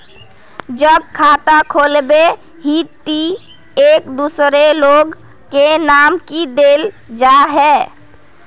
जब खाता खोलबे ही टी एक दोसर लोग के नाम की देल जाए है?